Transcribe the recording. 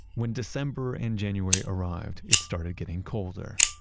when december and january arrived, it started getting colder.